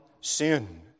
sin